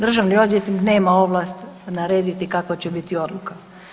Državni odvjetnik nema ovlast narediti kakva će biti odluka.